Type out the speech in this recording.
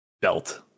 belt